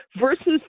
versus